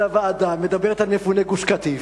זו הוועדה, היא מדברת על מפוני גוש-קטיף.